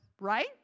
right